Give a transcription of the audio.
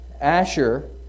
Asher